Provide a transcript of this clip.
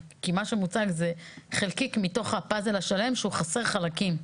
כי מה שמוצג זה חלקיק מתוך הפאזל השלם שהוא חסר חלקים.